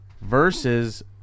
versus